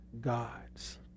gods